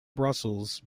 brussels